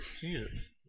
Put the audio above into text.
Jesus